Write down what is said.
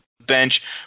bench